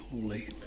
holy